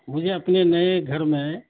مجھے اپنے نئے گھر میں